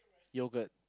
yogurt